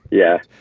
yeah,